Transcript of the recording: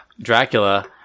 Dracula